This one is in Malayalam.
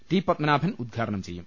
ടി പത്മനാഭൻ ഉദ്ഘാടനം ചെയ്യും